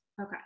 okay